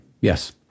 Yes